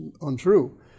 untrue